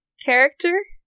character